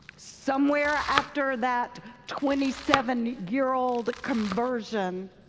somewhere after that twenty seven year old conversion,